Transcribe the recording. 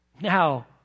now